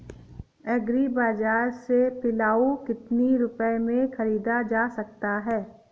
Agree बाजार से पिलाऊ कितनी रुपये में ख़रीदा जा सकता है?